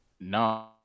No